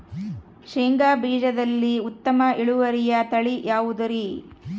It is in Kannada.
ಶೇಂಗಾ ಬೇಜದಲ್ಲಿ ಉತ್ತಮ ಇಳುವರಿಯ ತಳಿ ಯಾವುದುರಿ?